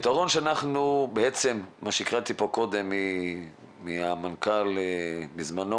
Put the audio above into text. מה שהקראתי קודם כפתרון מהמנכ"ל דאז,